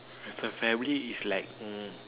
my family is like mm